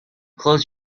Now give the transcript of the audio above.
close